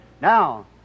Now